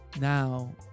now